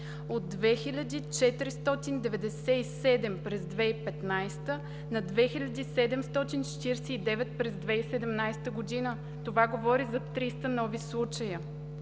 от 2497 през 2015 г. на 2749 през 2017 г. Това говори за 300 нови случая.